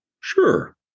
Sure